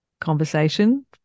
conversation